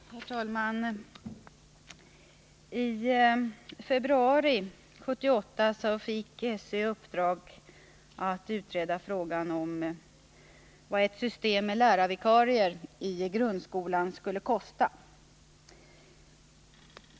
Herr talman! I februari 1978 fick skolöverstyrelsen i uppdrag att utreda frågan om vad ett system med lärarvikarier i grundskolan skulle kosta.